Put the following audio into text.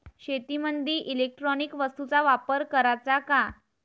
शेतीमंदी इलेक्ट्रॉनिक वस्तूचा वापर कराचा का?